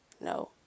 No